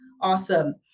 Awesome